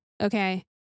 Okay